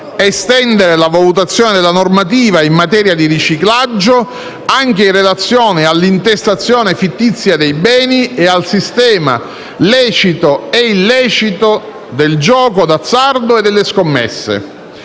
estendere la valutazione della normativa in materia di riciclaggio anche in relazione all'intestazione fittizia dei beni e al sistema lecito e illecito del gioco d'azzardo e delle scommesse;